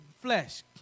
flesh